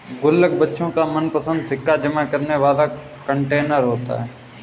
गुल्लक बच्चों का मनपंसद सिक्का जमा करने वाला कंटेनर होता है